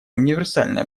универсальное